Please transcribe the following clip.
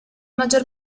maggior